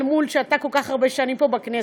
אל מול שאתה כל כך הרבה שנים פה בכנסת.